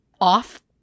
off